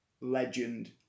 legend